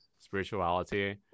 spirituality